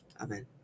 Amen